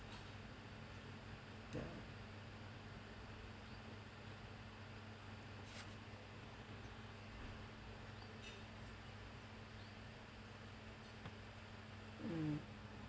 ya mm